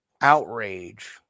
outrage